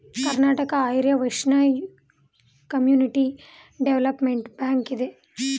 Karnataka Arya Vaishya community development bank ಇದೆ